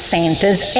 Santa's